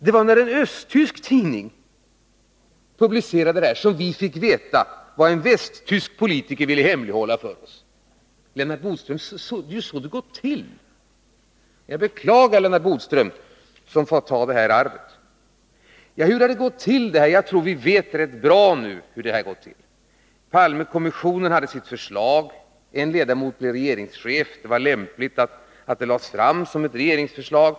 Det var när en östtysk tidning publicerade en artikel i den här frågan som vi fick veta vad en västtysk oppositionspolitiker ville hemlighålla för oss. Det är så det har gått till, Lennart Bodström. Jag beklagar Lennart Bodström, som fått överta detta arv. Jag tror att vi nu rätt väl vet hur det hela har gått till. Palmekommissionen lade fram sitt förslag, och en ledamot blev regeringschef. Det var lämpligt att dokumentet lades fram som ett regeringsförslag.